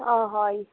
অঁ হয়